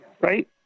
Right